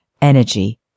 energy